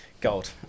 Gold